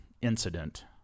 incident